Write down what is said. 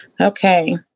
Okay